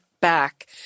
back